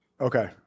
Okay